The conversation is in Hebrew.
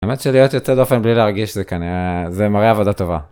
האמת שלהיות יוצא דופן בלי להרגיש זה כנראה זה מראה עבודה טובה.